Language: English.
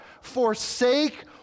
forsake